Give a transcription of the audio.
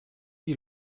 die